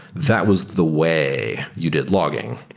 that was the way you did logging.